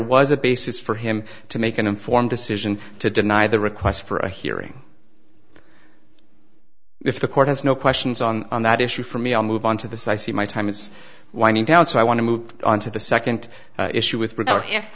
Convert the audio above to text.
was a basis for him to make an informed decision to deny the request for a hearing if the court has no questions on that issue for me i'll move on to this i see my time is winding down so i want to move on to the second issue with